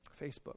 Facebook